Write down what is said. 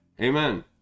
Amen